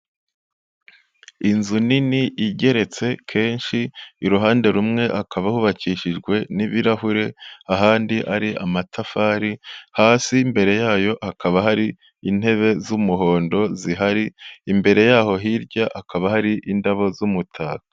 Inzu nini igeretse kenshi, iruhande rumwe hakaba hubakishijwe n'ibirahure, ahandi ari amatafari, hasi imbere yayo hakaba hari intebe z'umuhondo zihari, imbere yaho hirya hakaba hari indabo z'umutako.